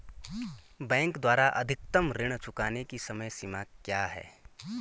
Bank द्वारा अधिकतम ऋण चुकाने की समय सीमा क्या है?